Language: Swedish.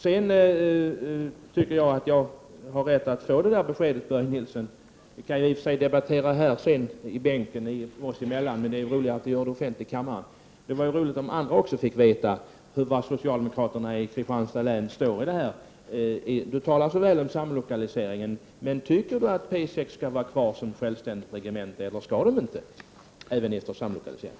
Jag tycker att jag har rätt att få det beskedet, Börje Nilsson. Det kan vi i och för sig debattera här i bänken oss emellan, men det är roligare att vi gör det offentligt i kammaren. Det vore roligt om även andra fick veta vad socialdemokraterna i Kristianstads län har för åsikt. Börje Nilsson talar så väl om samlokaliseringen. Men tycker Börje Nilsson att P6 skall stå kvar som ett självständigt regemente eller ej även efter samlokaliseringen?